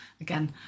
Again